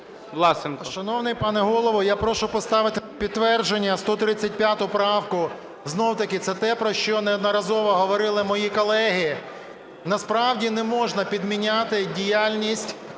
Шановний пане Голово, я прошу поставити на підтвердження 135 правку. Знову-таки це те, про що неодноразово говорили мої колеги. Насправді не можна підміняти діяльність